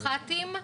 סמח"טים,